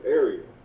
area